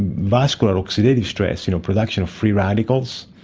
vascular oxidative stress, you know, production of free radicals,